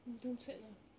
don't sad lah